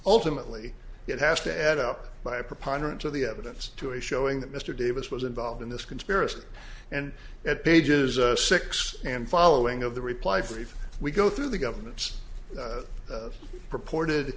ultimately it has to add up by a preponderance of the evidence to a showing that mr davis was involved in this conspiracy and at pages six and following of the reply for if we go through the government's purported